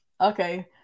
Okay